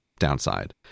downside